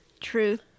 truth